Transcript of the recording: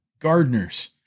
Gardeners